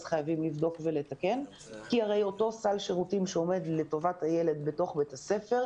חייבים לבדוק ולתקן כי אותו סל שירותים שעומד לטובת הילד בתוך בית הספר,